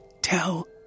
tell